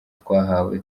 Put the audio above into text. twahawe